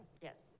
Yes